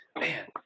man